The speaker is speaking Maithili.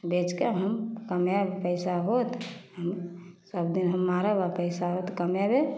बेचिकऽ हम कमाएब पइसा हैत हम सबदिन हम मारब आओर पइसा हैत कमेबै